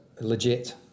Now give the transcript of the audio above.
legit